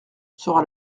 sera